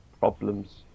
problems